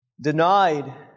denied